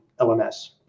LMS